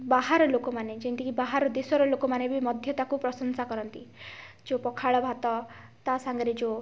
ବାହାର ଲୋକମାନେ ଯେମିତିକି ବାହାର ଦେଶର ଲୋକମାନେ ବି ମଧ୍ୟ ତାକୁ ପ୍ରଶଂସା କରନ୍ତି ଯେଉଁ ପଖାଳ ଭାତ ତା ସାଙ୍ଗରେ ଯେଉଁ